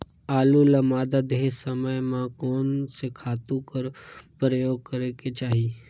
आलू ल मादा देहे समय म कोन से खातु कर प्रयोग करेके चाही?